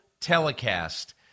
telecast